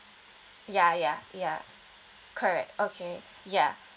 ya ya ya correct okay ya